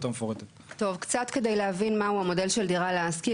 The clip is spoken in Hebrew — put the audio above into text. טוב, קצת כדי להבין המודל של דירה להשכיר.